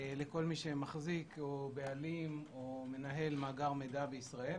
לכל מי שמחזיק או בעלים או מנהל מאגר מידע בישראל.